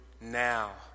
now